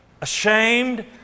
ashamed